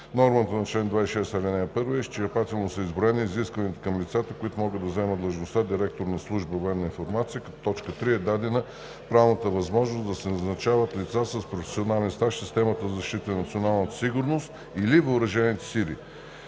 нормата на чл. 26, ал. 1 изчерпателно са изброени изискванията към лицата, които могат да заемат длъжността директор на служба „Военна информация“, като в т. 3 е дадена правната възможност да могат да се назначават лица с професионален стаж в системата за защита на националната сигурност или въоръжените сили.